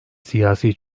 siyasi